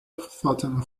فاطمه